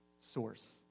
source